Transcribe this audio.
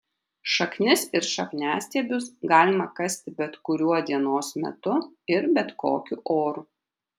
šaknis ir šakniastiebius galima kasti bet kuriuo dienos metu ir bet kokiu oru